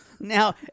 Now